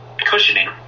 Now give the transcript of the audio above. cushioning